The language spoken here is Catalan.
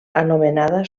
anomenada